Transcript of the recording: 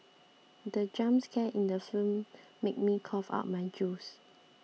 the jump scare in the film made me cough out my juice